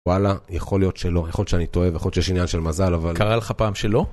וואלה יכול להיות שלא יכול להיות שאני טועה ויכול להיות שיש עניין של מזל אבל.. קרה לך פעם שלא?